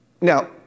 Now